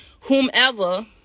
whomever